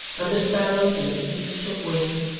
and the sparrows in the eaves took wing,